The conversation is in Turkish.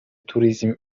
turizm